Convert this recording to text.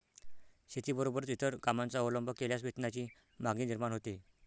शेतीबरोबरच इतर कामांचा अवलंब केल्यास वेतनाची मागणी निर्माण होते